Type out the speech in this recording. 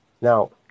Now